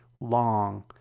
long